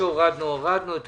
אני